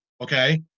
Okay